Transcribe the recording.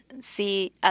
see